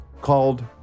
Called